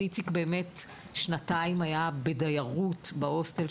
אז איציק היה במשך שנתיים בדיירות בהוסטל,